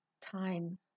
time